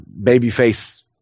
babyface